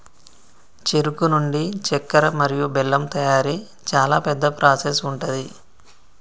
చెరుకు నుండి చెక్కర మరియు బెల్లం తయారీ చాలా పెద్ద ప్రాసెస్ ఉంటది